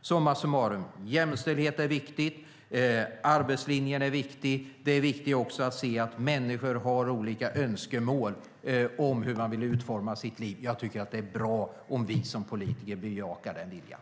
Summa summarum: Jämställdhet är viktig. Arbetslinjen är viktig. Det är också viktigt att se att människor har olika önskemål om hur de vill utforma sina liv. Jag tycker att det är bra om vi som politiker bejakar den viljan.